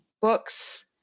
books